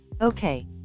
Okay